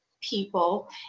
people